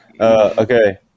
Okay